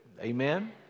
Amen